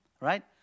right